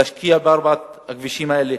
להשקיע בארבעת הכבישים האלה,